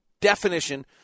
definition